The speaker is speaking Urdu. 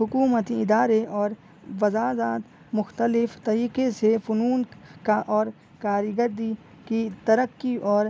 حکومتی ادارے اور وزارات مختلف طریقے سے فنون کا اور کاریگردی کی ترقی اور